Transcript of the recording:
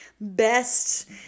best